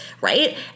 right